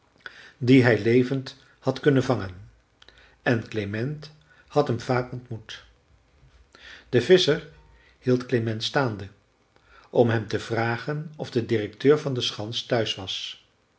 die hij levend had kunnen vangen en klement had hem vaak ontmoet de visscher hield klement staande om hem te vragen of de directeur van de schans thuis was